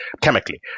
chemically